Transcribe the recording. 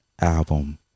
album